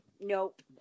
Nope